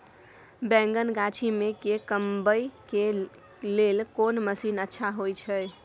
बैंगन गाछी में के कमबै के लेल कोन मसीन अच्छा होय छै?